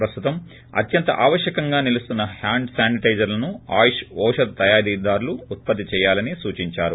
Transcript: ప్రస్తుతం అత్యంత ఆవశ్యకంగా నిలుస్తున్న హ్యాండ్ శానిటేజర్లను ఆయుష్ ఓషధ తయారీదార్లు ఉత్పత్తి చేయాలని సూచిందారు